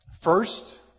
First